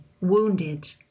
wounded